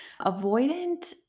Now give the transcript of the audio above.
avoidant